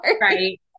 Right